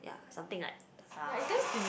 ya something like something like